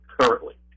currently